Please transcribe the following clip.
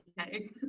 okay